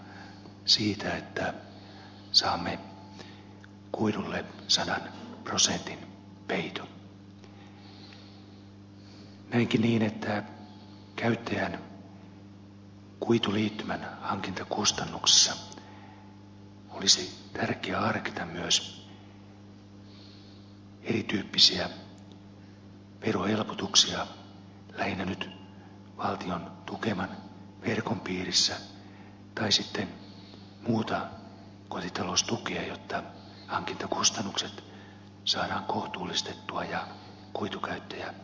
näenkin niin että käyttäjän kuituliittymän hankintakustannuksissa olisi tärkeä harkita myös erityyppisiä verohelpotuksia lähinnä nyt valtion tukeman verkon piirissä tai sitten muuta kotitaloustukea jotta hankintakustannukset saadaan kohtuullistettua ja kuitukäyttäjämäärät kasvaisivat